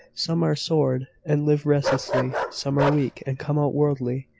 some are soured, and live restlessly. some are weak, and come out worldly,